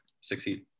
succeed